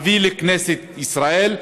אביא אותם לכנסת ישראל,